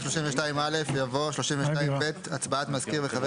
(7) אחרי סעיף 32א יבוא: "הצבעת מזכיר וחבר